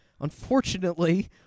Unfortunately